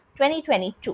2022